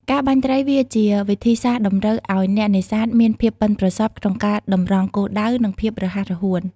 ការបាញ់ត្រី វាជាវិធីសាស្ត្រតម្រូវឲ្យអ្នកនេសាទមានភាពប៉ិនប្រសប់ក្នុងការតម្រង់គោលដៅ និងភាពរហ័សរហួន។